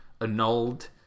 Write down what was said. annulled